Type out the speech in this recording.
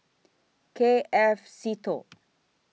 K F Seetoh